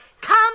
Come